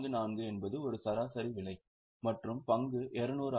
44 என்பது ஒரு சராசரி விலை மற்றும் பங்கு 200 ஆகும்